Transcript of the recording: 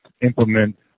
implement